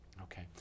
Okay